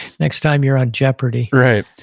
next time you're on jeopardy right.